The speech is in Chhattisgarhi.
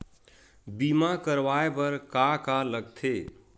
बीमा करवाय बर का का लगथे?